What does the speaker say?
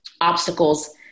obstacles